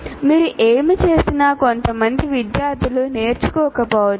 మీరు ఏమి చేసినా కొంతమంది విద్యార్థులు నేర్చుకోకపోవచ్చు